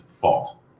fault